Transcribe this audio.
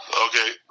Okay